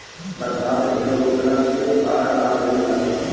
बरसात ढेर होखला से बाढ़ आ गइल बाटे